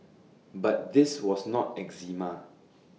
but this was not eczema